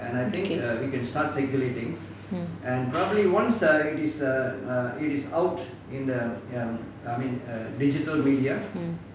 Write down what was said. okay mm mm